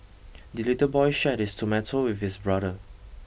the little boy shared his tomato with his brother